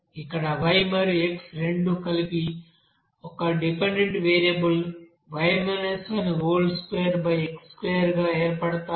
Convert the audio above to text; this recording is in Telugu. ఇక్కడ Y మరియు X రెండూ కలిపి ఒక డిపెండెంట్ వేరియబుల్ 2x2 గా ఏర్పడతాయి